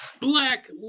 black